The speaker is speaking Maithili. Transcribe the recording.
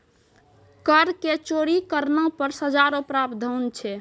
कर के चोरी करना पर सजा रो प्रावधान छै